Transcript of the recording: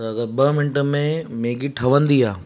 त अगरि ॿ मिंट में मैगी ठहंदी आहे